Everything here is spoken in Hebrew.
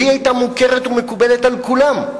והיא היתה מוכרת ומקובלת על כולם,